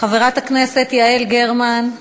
חברת הכנסת יעל גרמן,